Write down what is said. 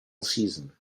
season